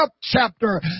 chapter